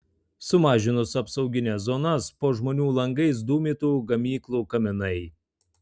sumažinus apsaugines zonas po žmonių langais dūmytų gamyklų kaminai